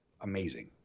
amazing